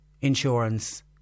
insurance